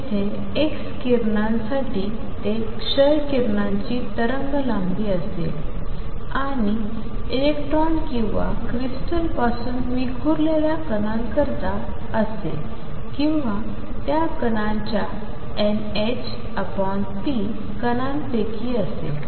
जेथे x किरणांसाठी ते क्ष किरणांची तरंगलांबी असेल आणि इलेक्ट्रॉन किंवा क्रिस्टलपासून विखुरलेल्या कणांकरिता असेल किंवा त्या कणांच्या nhp कणांपैकी असेल